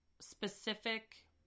specific